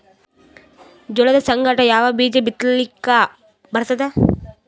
ಜೋಳದ ಸಂಗಾಟ ಯಾವ ಬೀಜಾ ಬಿತಲಿಕ್ಕ ಬರ್ತಾದ?